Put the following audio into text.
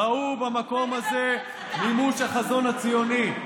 ראו במקום הזה מימוש החזון הציוני.